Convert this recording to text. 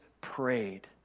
prayed